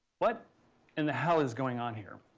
what in the hell is going on here?